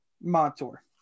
Montour